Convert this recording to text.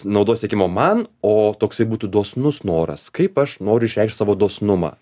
naudos siekimo man o toksai būtų dosnus noras kaip aš noriu išreikšt savo dosnumą